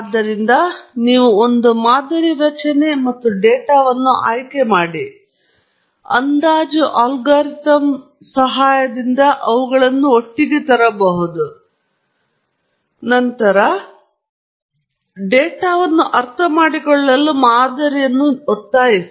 ಆದ್ದರಿಂದ ನೀವು ಒಂದು ಮಾದರಿ ರಚನೆ ಮತ್ತು ಡೇಟಾವನ್ನು ಆಯ್ಕೆ ಮಾಡಿ ಅಂದಾಜು ಅಲ್ಗಾರಿದಮ್ ಸಹಾಯದಿಂದ ಅವುಗಳನ್ನು ಒಟ್ಟಿಗೆ ತರಬಹುದು ಮತ್ತು ನಂತರ ಡೇಟಾವನ್ನು ಅರ್ಥಮಾಡಿಕೊಳ್ಳಲು ಮಾದರಿಯನ್ನು ಒತ್ತಾಯಿಸಿ